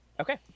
Okay